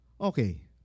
Okay